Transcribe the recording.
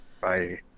Bye